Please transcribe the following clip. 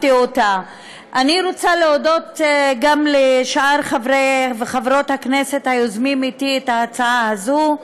אני רוצה להודות לחברי וחברות הכנסת היוזמים אתי את ההצעה הזאת,